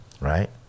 right